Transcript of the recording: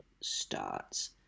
starts